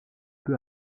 peu